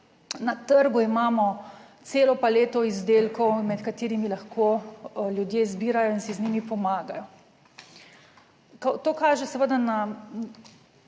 na trgu imamo celo paleto izdelkov, med katerimi lahko ljudje zbirajo in si z njimi pomagajo. To kaže seveda na